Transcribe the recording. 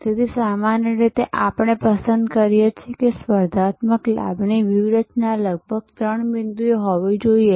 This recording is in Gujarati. તેથી સામાન્ય રીતે આપણે પસંદ કરીએ છીએ કે સ્પર્ધાત્મક લાભની વ્યૂહરચના લગભગ ત્રણ બિંદુ હોવી જોઈએ